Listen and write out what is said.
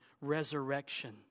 resurrection